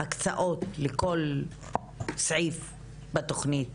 של התוכנית